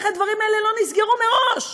איך הדברים האלה לא נסגרו מראש?